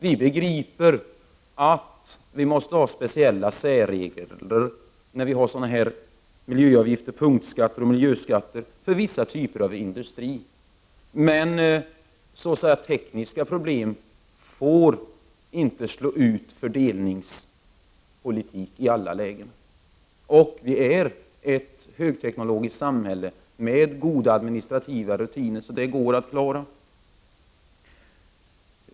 Vi begriper att vi måste ha särregler när det är fråga om miljöavgifter, punktskatter och miljöskatter, för vissa typer av industri. Men så att säga tekniska problem får inte slå ut fördelningspolitiken i alla lägen. Och Sverige är ett högteknologiskt samhälle med goda administrativa rutiner, så detta går att klara.